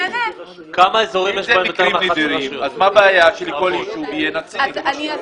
מה הבעיה שלכל יישוב יהיה נציג.